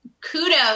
kudos